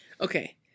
Okay